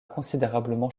considérablement